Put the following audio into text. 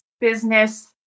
business